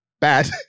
bad